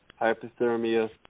hypothermia